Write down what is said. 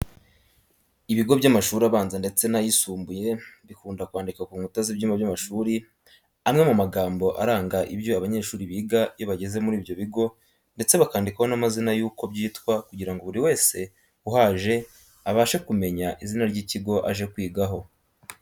Ibigo by'amashuri abanza ndetse n'ayisumbuye bikunda kwandika ku nkuta z'ibyumba by'amashuri amwe mu magambo aranga ibyo abanyeshuri biga iyo bageze muri ibyo bigo ndetse bakandikaho n'amazina yuko byitwa kugira ngo buri wese uhaje abashe kumenya izina ry'ikigo aje kwigaho.